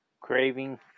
craving